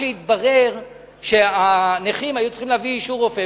התברר שהנכים היו צריכים להביא אישור רופא,